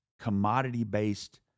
commodity-based